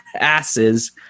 asses